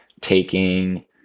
taking